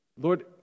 Lord